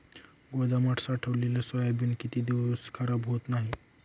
गोदामात साठवलेले सोयाबीन किती दिवस खराब होत नाही?